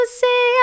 say